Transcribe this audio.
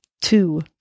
two